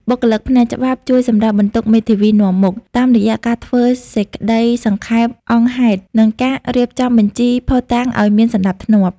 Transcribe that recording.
បុគ្គលិកផ្នែកច្បាប់ជួយសម្រាលបន្ទុកមេធាវីនាំមុខ តាមរយៈការធ្វើសេចក្តីសង្ខេបអង្គហេតុ និងការរៀបចំបញ្ជីភស្តុតាងឱ្យមានសណ្តាប់ធ្នាប់។